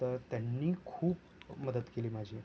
तर त्यांनी खूप मदत केली माझी